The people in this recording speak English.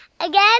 again